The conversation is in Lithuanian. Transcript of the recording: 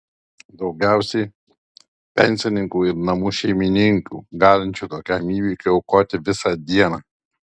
daugiausiai pensininkų ir namų šeimininkių galinčių tokiam įvykiui aukoti visą dieną